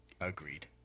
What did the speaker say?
Agreed